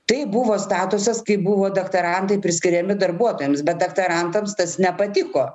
taip buvo statusas kai buvo daktarantai priskiriami darbuotojams bet daktarantams tas nepatiko